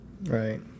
Right